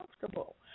comfortable